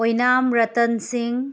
ꯑꯣꯏꯅꯥꯝ ꯔꯇꯟ ꯁꯤꯡ